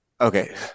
okay